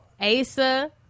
Asa